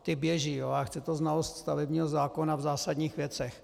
Ty běží, ale chce to znalost stavebního zákona v zásadních věcech.